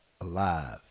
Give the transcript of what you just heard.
alive